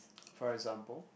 for example